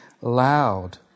loud